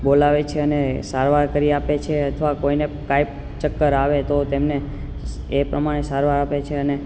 બોલાવે છે અને સારવાર કરી આપે છે અથવા કોઈ ને કંઈ ચક્કર આવે તો તેમને એ પ્રમાણે સારવાર આપે છે અને